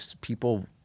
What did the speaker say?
people